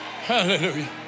hallelujah